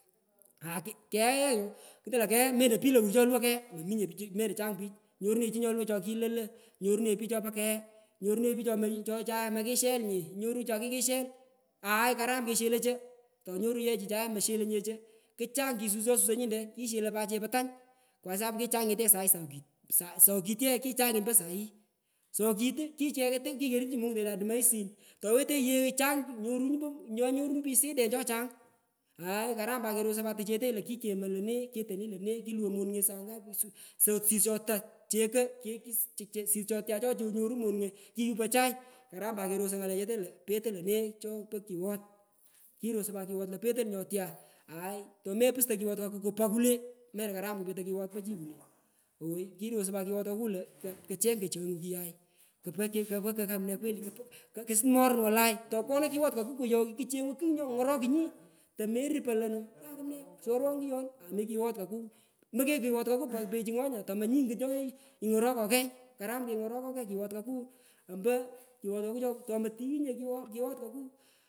Ngalan pich aku kenga yenyu nngutonyi nlo kegha melonpich lowur choyuwoi kegha melo chang pich nyorahenyi chi nyoluwaoi chokilolo nyorurenyi pich chopo kegha nyorurenyi aai karam kesheloi cho tonyorunyi ye chichae mesteloi nye cho kuchang kisus chosusoi nyinte kisheloi pat chepo tany kwa sapu kichkichanyit ye sokit a sokit ye kichangit mpo sahi sokit uuh kicheng kikorutchu mongutonye lo adamaicin towetenyi yeghoi chang nyonyo rupich siden chochang aai karam pat kerosoi pat tuchete lo kikemoi lone kitoni lore, kulomi sangapi osis ata cheko che che osis ata chonyoru monunge kiyupoi chai karam pat kerosoi ngalechete io petoi lone chopo kighot kirosoi pat kighot lo petoi nyotya aai tomepusto kighot koku kupa kale melokaram petoi kighot pochi kule kirosoi pat kighot koku lo kachegh kochengu kugai kapa kapa kamne kweli po kakesut morun wolai topkono kighot koku koyoghi kuchengu kugh nyongorokunyi tonerupo lo kakumne soro nguyon ami kighot koku mokenyi kigkot koku pka pechu ngo nya tomonyi ngut nyo ingaroko kegh kighot koku ompo kighot koku tomotighunyinye kigho kighot koku.